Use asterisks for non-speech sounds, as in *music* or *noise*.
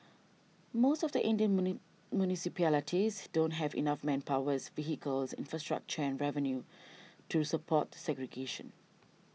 most of the Indian *unintelligible* municipalities don't have enough manpowers vehicles infrastructure and revenue *noise* to support segregation